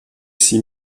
six